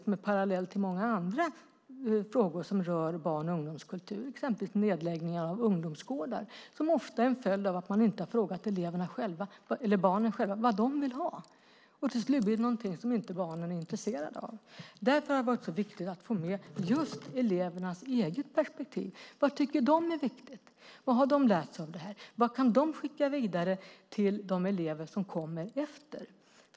Det kan ses som en parallell till många andra frågor som rör barn och ungdomskultur, exempelvis nedläggningar av ungdomsgårdar, som ofta är en följd av att man inte har frågat barnen själva vad de vill ha. Till slut blir det någonting som barnen inte är intresserade av. Men vad tycker de är viktigt? Vad har de lärt sig av det här? Vad kan de skicka vidare till de elever som kommer efter?